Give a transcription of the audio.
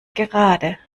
gerade